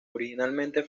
originalmente